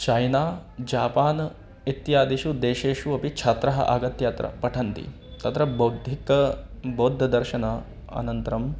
China Japan इत्यादिषु देशेषु अपि छात्राः आगत्य अत्र पठन्ति तत्र बौद्धिकः बौद्धदर्शनम् अनन्तरम्